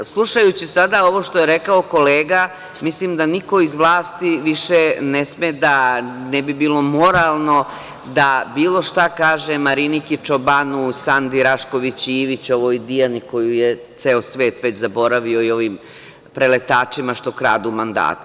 Slušajući sada ovo što je rekao kolega mislim da niko iz vlasti više ne sme da, ne bi bilo moralno da bilo šta kaže Mariniki Čobanu, Sandi Rašković Ivić, Dijani koju je ceo svet već zaboravio i ovim preletačima što kradu mandate.